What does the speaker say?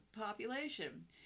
population